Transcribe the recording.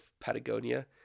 patagonia